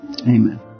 Amen